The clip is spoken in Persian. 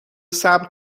صبر